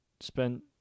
spent